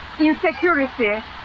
insecurity